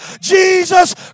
Jesus